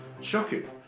shocking